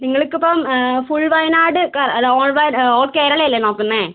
നിങ്ങൾക്ക് ഇപ്പം ഫുൾ വയനാട് അല്ല ഓൾ ഓൾ കേരള അല്ലേ നോക്കുന്നത്